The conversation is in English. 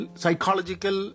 psychological